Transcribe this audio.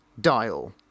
dial